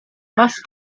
must